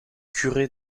curé